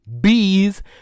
bees